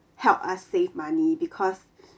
help us save money because